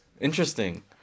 interesting